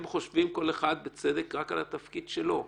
הם חושבים כל אחד, בצדק, רק על התפקיד שלו.